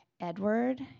Edward